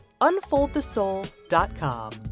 unfoldthesoul.com